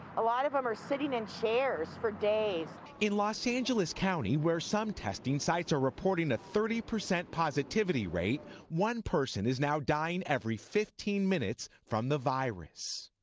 a lot of them are sitting in chairs for days. reporter in los angeles county, where some testing sites are reporting a thirty percent positivity rate, one person is now dying every fifteen minutes from the virus.